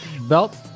belt